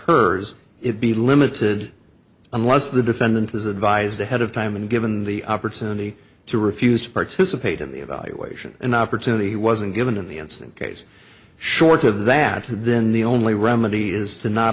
urs it be limited unless the defendant is advised ahead of time and given the opportunity to refuse to participate in the evaluation an opportunity he wasn't given in the instant case short of that then the only remedy is to not